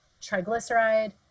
triglyceride